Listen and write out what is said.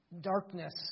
darkness